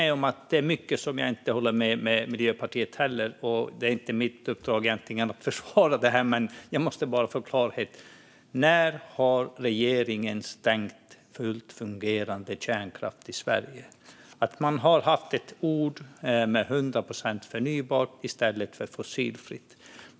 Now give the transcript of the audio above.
Det är mycket jag inte håller med Miljöpartiet om, och det är inte heller mitt uppdrag att försvara dem, men jag måste bara få klarhet: När har regeringen stängt fullt fungerande kärnkraft i Sverige? Man har pratat om 100 procent förnybart i stället för fossilfritt.